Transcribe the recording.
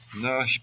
No